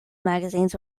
magazines